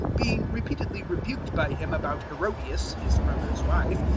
being repeatedly rebuked by him about herodias his brother's wife,